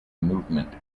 movement